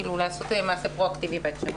כאילו לעשות מעשה פרואקטיבי בהקשר הזה.